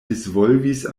disvolvis